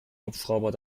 hubschrauber